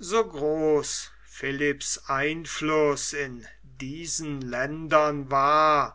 so groß philipps einfluß in diesen ländern war